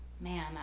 man